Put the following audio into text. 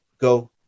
go